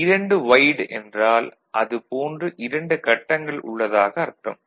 2 wide என்றால் அது போன்று இரண்டு கட்டங்கள் உள்ளதாக அர்த்தம்